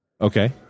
Okay